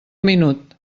minut